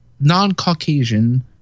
non-Caucasian